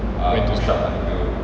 when to stop ah